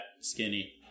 skinny